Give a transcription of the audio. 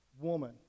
Woman